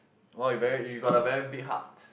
!wow! you very you got a very big hearts